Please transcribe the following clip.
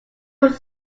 was